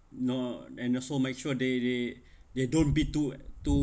no and also make sure they they they don't be too too